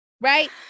Right